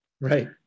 Right